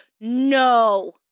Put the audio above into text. No